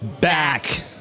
back